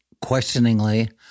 questioningly